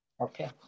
Okay